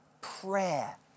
prayer